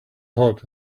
hot